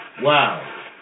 Wow